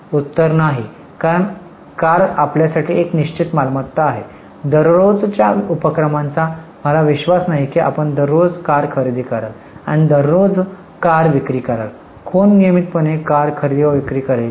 उत्तर नाही कारण कार आपल्यासाठी एक निश्चित मालमत्ता आहे दररोजच्या उपक्रमांचा मला विश्वास नाही की आपण दररोज कार खरेदी कराल आणि दररोज कार विक्री कराल कोण नियमितपणे कार खरेदी व विक्री करेल